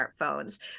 smartphones